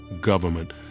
government